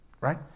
Right